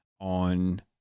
on